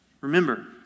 Remember